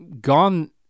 gone